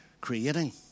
creating